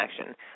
action